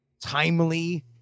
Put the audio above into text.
timely